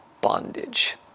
bondage